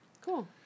Cool